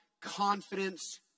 confidence